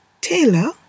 Taylor